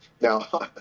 Now